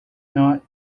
not